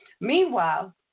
Meanwhile